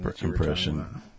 impression